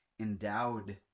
endowed